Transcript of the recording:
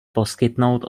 poskytnout